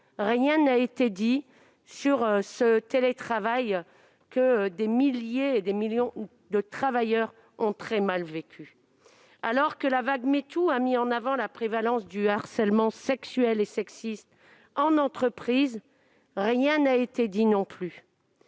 rien n'a été dit sur ce télétravail que des millions de travailleurs ont très mal vécu. Alors que la vague #MeToo a mis en avant la prévalence du harcèlement sexuel et sexiste en entreprise, rien n'a été dit, non plus